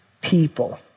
people